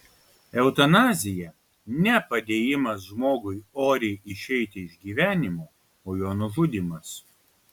eutanazija ne padėjimas žmogui oriai išeiti iš gyvenimo o jo nužudymas